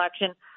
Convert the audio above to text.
election